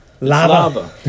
lava